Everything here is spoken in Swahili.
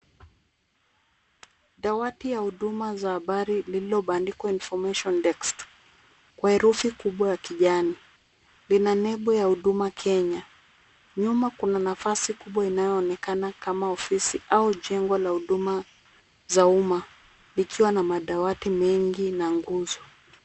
Dawati ya huduma za habari lililobandikwa information desk kwa herufi kubwa ya kijani. Lina nembo ya Huduma Kenya. Nyuma kuna nafasi kubwa inayoonekana kama ofisi au jengo la huduma za umma, likiwa na madawati mengi na nguzo.